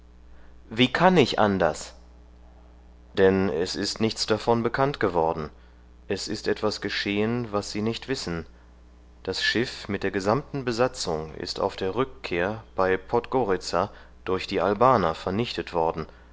wie kann ich anders denn es ist nichts davon bekannt geworden es ist etwas geschehen was sie nicht wissen das schiff mit der gesamten besatzung ist auf der rückkehr bei podgoritza durch die albaner vernichtet worden